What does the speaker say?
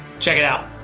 check it out.